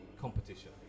competition